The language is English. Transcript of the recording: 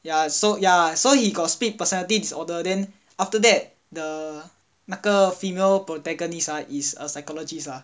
ya so ya so he got split personality disorder then after that the 那个 female protagonist ah is a psychologist lah